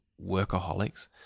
workaholics